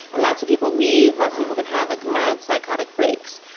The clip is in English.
and lots of people leave. lots of people can have like mild psychotic breaks.